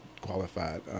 qualified